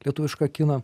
lietuvišką kiną